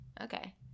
Okay